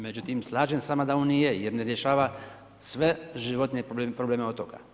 Međutim, slažem se s vama da on nije, jer ne rješava, sve životne probleme otoka.